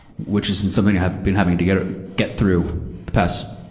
which is something i have, been having to get, get through the past,